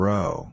Row